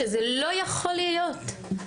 שזה לא יכול להיות.